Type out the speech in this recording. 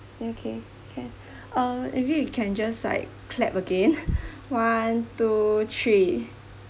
K okay can uh maybe we can just like clap again one two three